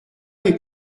les